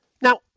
now